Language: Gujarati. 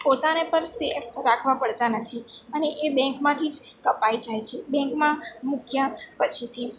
પોતાને પણ સેફ રાખવા પડતા નથી અને એ બેન્કમાંથી જ કપાઈ જાય છે બેંકમાં મૂક્યા પછીથી